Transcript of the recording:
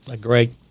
great